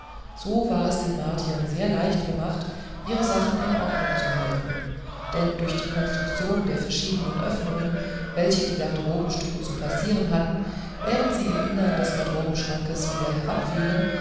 so war es den martiern sehr leicht gemacht ihre sachen in ordnung zu halten denn durch die konstruktion der verschiedenen öffnungen welche die garderobenstücke zu passieren hatten während sie im inneren des garderobenschranks wieder